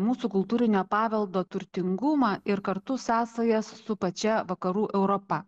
mūsų kultūrinio paveldo turtingumą ir kartu sąsajas su pačia vakarų europa